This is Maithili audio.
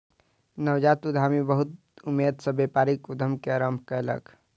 नवजात उद्यमी बहुत उमेद सॅ व्यापारिक उद्यम के आरम्भ कयलक